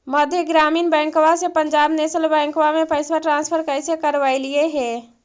मध्य ग्रामीण बैंकवा से पंजाब नेशनल बैंकवा मे पैसवा ट्रांसफर कैसे करवैलीऐ हे?